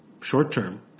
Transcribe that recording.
short-term